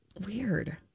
Weird